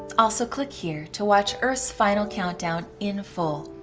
also, click here to watch earth's final countdown in full.